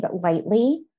lightly